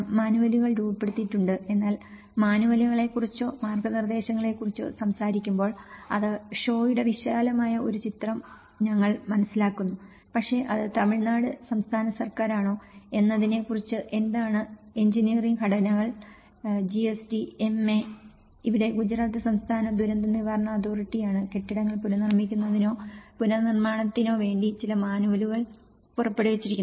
മാനുവലുകൾ രൂപപ്പെടുത്തിയിട്ടുണ്ട് എന്നാൽ മാനുവലുകളെക്കുറിച്ചോ മാർഗ്ഗനിർദ്ദേശത്തെക്കുറിച്ചോ സംസാരിക്കുമ്പോൾ അത് ഷോയുടെ വിശാലമായ ഒരു ചിത്രം ഞങ്ങൾ മനസ്സിലാക്കുന്നു പക്ഷേ അത് തമിഴ്നാട് സംസ്ഥാന സർക്കാരാണോ എന്നതിനെ കുറിച്ച് എന്താണ് എഞ്ചിനീയറിംഗ് ഘടനകൾ GSD MA എവിടെ ഗുജറാത്ത് സംസ്ഥാന ദുരന്ത നിവാരണ അതോറിറ്റിയാണ് കെട്ടിടങ്ങൾ പുനർനിർമിക്കുന്നതിനോ പുനർനിർമ്മാണത്തിനോ വേണ്ടി ചില മാനുവലുകൾ പുറപ്പെടുവിച്ചിരിക്കുന്നത്